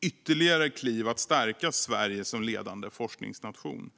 ytterligare kliv för att stärka Sverige som ledande forskningsnation.